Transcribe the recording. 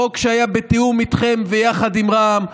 חוק שהיה בתיאום איתכם ויחד עם רע"מ,